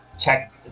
check